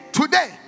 today